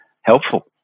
helpful